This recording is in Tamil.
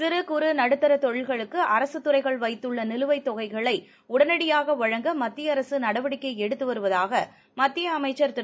சிறு குறு நடுத்தர தொழில்களுக்கு அரசு துறைகள் வைத்துள்ள நிலுவைத் தொகைகளை உடனடியாக வழங்க மத்திய அரசு நடவடிக்கை எடுத்து வருவதாக மத்திய அமைச்ச் திரு